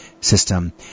system